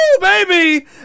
baby